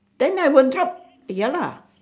then I would drop ya lah